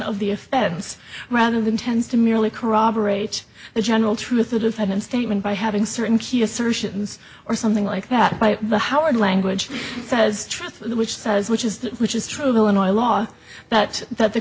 of the offense rather than tends to merely corroborate the general truth the defendant statement by having certain key assertions or something like that by the howard language says trust which says which is which is true of illinois law but that the